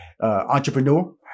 entrepreneur